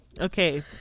Okay